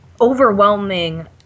overwhelming